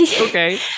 Okay